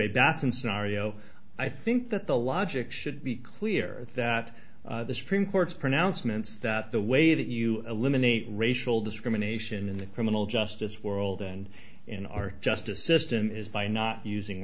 scenario i think that the logic should be clear that the supreme court's pronouncements that the way that you eliminate racial discrimination in the criminal justice world and in our justice system is by not using